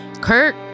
Kirk